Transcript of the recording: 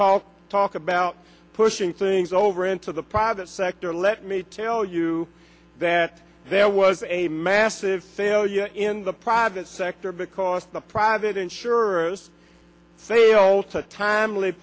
call talk about pushing things over into the private sector let me tell you that there was a massive failure in the private sector because the private insurers failed to timely